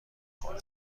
کنه